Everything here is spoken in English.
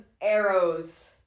arrows